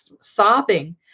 sobbing